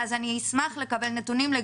אני אשמח לקבל נתונים על